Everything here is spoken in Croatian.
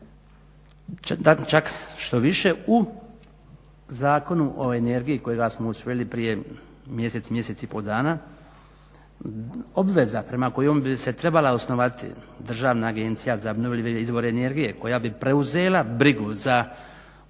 Čak štoviše u Zakonu o energiji kojega smo usvojili prije mjesec, mjesec i pol dana obveza prema kojoj bi se trebala osnovati Državna agencija za obnovljive izvore energije koja bi preuzela brigu za realizaciju